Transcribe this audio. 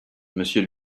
monsieur